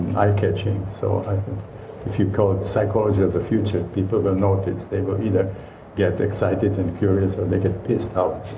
eye-catching, so if you call it psychology of the future people will notice, they will either get excited and curious, or they get pissed off